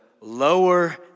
lower